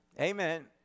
Amen